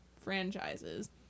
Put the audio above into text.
franchises